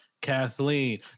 Kathleen